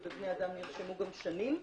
ובבני אדם נרשמו גם שנים.